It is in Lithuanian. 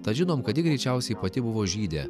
tad žinom kad ji greičiausiai pati buvo žydė